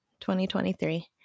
2023